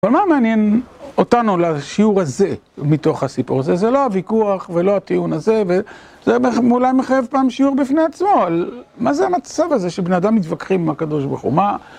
אבל מה מעניין אותנו לשיעור הזה, מתוך הסיפור הזה? זה לא הוויכוח ולא הטיעון הזה, וזה אולי מחייב פעם שיעור בפני עצמו. מה זה המצב הזה, שבני אדם מתווכחים עם הקדוש ברוך הוא?